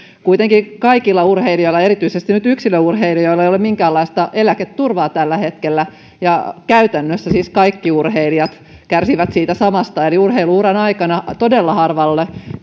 että kaikilla urheilijoilla erityisesti yksilöurheilijoilla ei ole minkäänlaista eläketurvaa tällä hetkellä ja käytännössä siis kaikki urheilijat kärsivät siitä samasta eli urheilu uran aikana todella harvalle